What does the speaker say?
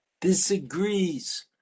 disagrees